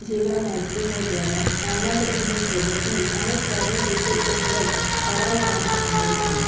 જેવાં માધ્યમો દ્વારા સામગ્રીને ઝડપી અને સરળ રીતે ઉપલબ્ધ કરાવવામાં આવે છે